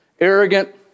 arrogant